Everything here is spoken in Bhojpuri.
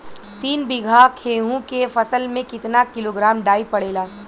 तीन बिघा गेहूँ के फसल मे कितना किलोग्राम डाई पड़ेला?